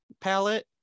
palette